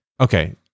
Okay